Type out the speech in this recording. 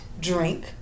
drink